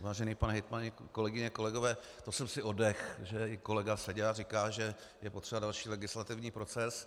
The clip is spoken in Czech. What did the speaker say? Vážený pane hejtmane, kolegyně, kolegové, to jsem si oddechl, že i kolega Seďa říká, že je potřeba další legislativní proces.